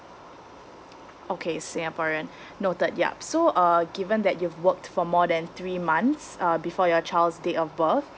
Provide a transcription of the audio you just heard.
okay singaporean noted yup so uh given that you've worked for than three months uh before your child's date of birth